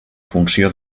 funció